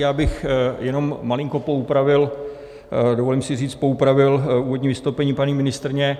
Já bych jenom malinko poupravil dovolím si říct poupravil úvodní vystoupení paní ministryně.